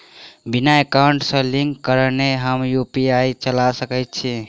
बिना एकाउंट सँ लिंक करौने हम यु.पी.आई चला सकैत छी?